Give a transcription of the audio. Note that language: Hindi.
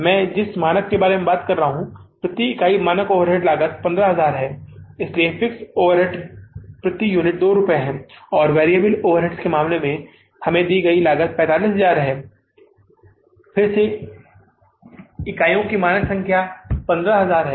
मैं जिस मानक के बारे में बात कर रहा हूं प्रति इकाई मानक ओवरहेड लागत 15000 है इसलिए फिक्स्ड ओवरहेड प्रति यूनिट 2 रुपये है और वेरिएबल ओवरहेड्स के मामले में हमें दी गई लागत 45000 फिर से इकाइयों की मानक संख्या 15000 है